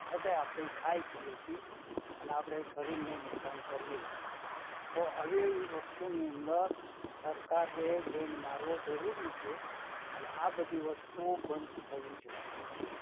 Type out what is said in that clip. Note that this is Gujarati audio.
છતાં આપણે એ ખાઈ પીએ છીએ અને આપણે શરીરને નુકસાન કરીએ છીએ તો આવી આવી વસ્તુની અંદર સરકારે બેન મારવો જરૂરી છે અને આ બધી વસ્તુઓ બંધ થવી જરૂરી છે